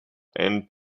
and